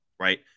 right